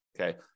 Okay